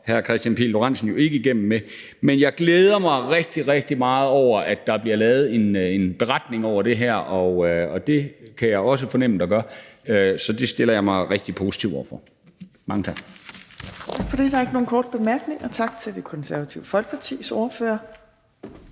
hr. Kristian Pihl Lorentzen ikke igennem med, men jeg glæder mig rigtig, rigtig meget over, at der bliver lavet en beretning over det her. Det kan jeg fornemme at der gør, så det stiller jeg mig rigtig positiv over for. Mange tak.